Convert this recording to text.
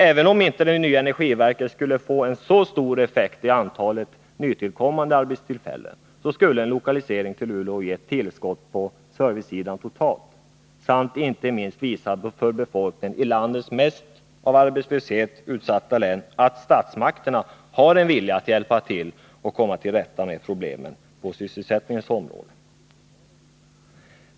Även om inte det nya energiverket skulle få så stor effekt i antalet nytillkommande arbetstillfällen, skulle en lokalisering till Luleå ändå ge ett tillskott på servicesidan totalt samt, inte minst, visa befolkningen i landets av arbetslöshet mest utsatta län att statsmakterna har en vilja att hjälpa till och komma till rätta med problemen på sysselsättningens område.